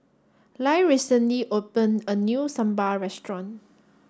Lyle recently opened a new Sambal Restaurant